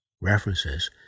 references